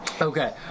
Okay